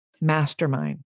Mastermind